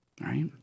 right